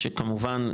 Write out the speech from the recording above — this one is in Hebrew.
שכמובן,